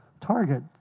target